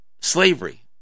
slavery